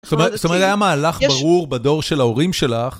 זאת אומרת, היה מהלך ברור בדור של ההורים שלך.